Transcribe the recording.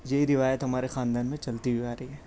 یہی روایت ہمارے خاندان میں چلتی ہوئی آ رہی ہے